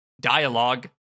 dialogue